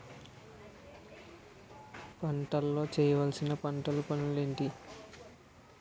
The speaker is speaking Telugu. పంటలో చేయవలసిన పంటలు పనులు ఏంటి?